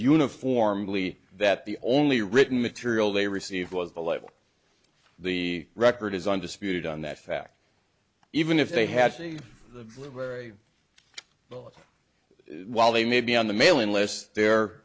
uniformly that the only written material they received was the level the record is undisputed on that fact even if they had the very well while they may be on the mailing list their